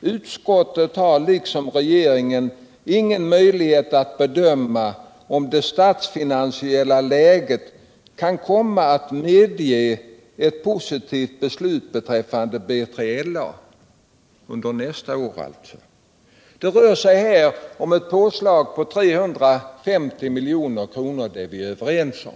”Utskottet har liksom regeringen inte möjlighet att bedöma om det statsfinansiella läget” — under nästa år alltså — ”kan komma att medge ett positivi beslut beträffande B3LA.” Det rör sig om ett ökat anslag på 350 milj.kr. — det är vi överens om.